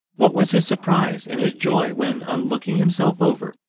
what was his surprise and his joy when, on looking himself over,